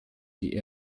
die